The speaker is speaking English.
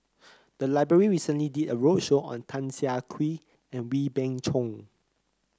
the library recently did a roadshow on Tan Siah Kwee and Wee Beng Chong